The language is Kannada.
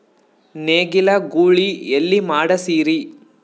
ನೇಗಿಲ ಗೂಳಿ ಎಲ್ಲಿ ಮಾಡಸೀರಿ?